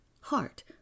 heart